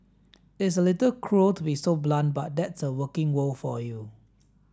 it's a little cruel to be so blunt but that's the working world for you